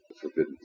Forbidden